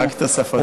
רק תוספות.